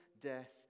death